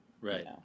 right